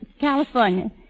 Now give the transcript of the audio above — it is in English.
California